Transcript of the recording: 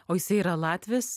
o jisai yra latvis